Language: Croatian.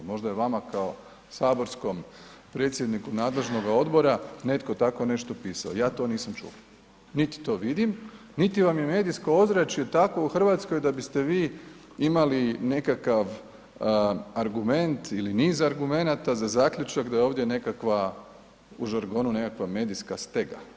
Možda je vama kao saborskom predsjedniku nadležnoga odbora netko tako nešto pisao, ja to nisam čuo, niti to vidim, niti vam je medijsko ozračje takvo u Hrvatskoj da biste vi imali nekakav argument ili niz argumenata za zaključak da je ovdje nekakva u žargonu nekakva medijska stega.